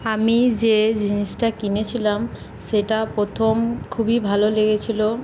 আমি যে জিনিসটা কিনেছিলাম সেটা প্রথম খুবই ভালো লেগেছিলো